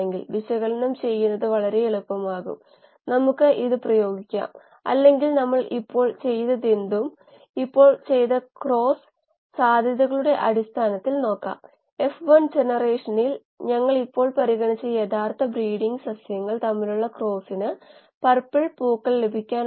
ചെറുതും വലുതുമായ സ്കെയിലുകളിൽ KLa യുടെ സ്ഥിരമായ വോള്യൂമെട്രിക് മാസ് ട്രാൻസ്ഫർ കോഫിഫിഷ്യന്റ് നിലനിർത്താൻ നമ്മൾ നോക്കുന്നു